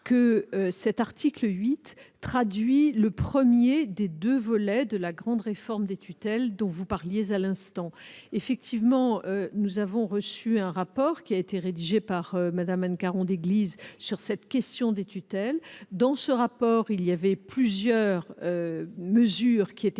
que cet article 8 traduit le premier des deux volets de la grande réforme des tutelles dont il parlait à l'instant. En effet, nous avons reçu un rapport, qui a été rédigé par Mme Anne Caron-Déglise, sur cette question des tutelles. Dans ce rapport figuraient plusieurs recommandations.